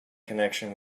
connection